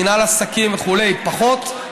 מינהל עסקים וכו' פחות,